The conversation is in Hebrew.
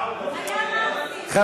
עאודה, היה נאצי.